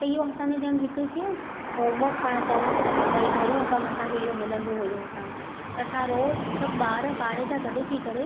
त इहो असांजो ॼणु हिकु कीअं होमवर्क पाण चऊं भई घरू कमु असांखे इहो मिलंदो हुयो हुतां त असां रोज़ु सभु ॿार पाड़े जा गॾु थी करे